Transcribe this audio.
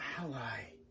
ally